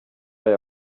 aya